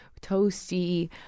toasty